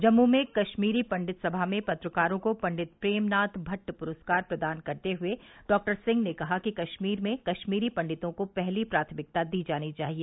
जम्मू में कश्मीरी पंडित सभा में पत्रकारों को पंडित प्रेमनाथ भट्ट पुरस्कार प्रदान करते हुए डॉक्टर सिंह ने कहा कि कश्मीर में कश्मीरी पंडितों को पहली प्राथमिकता दी जानी चाहिए